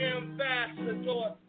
Ambassador